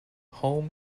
home